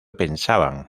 pensaban